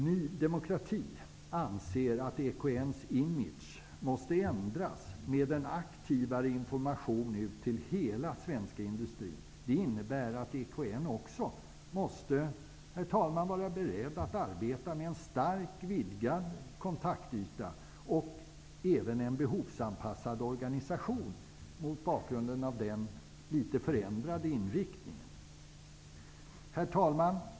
Ny demokrati anser att EKN:s image måste ändras med hjälp av en aktivare information ut till hela svenska industrin. Det innebär att EKN också måste, herr talman, vara beredd att arbeta med en starkt vidgad kontaktyta -- och mot bakgrund av den förändrade inriktningen även behovsanpassa organisationen. Herr talman!